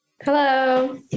Hello